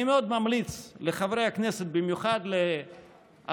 אני מאוד ממליץ לחברי הכנסת, במיוחד לעשרות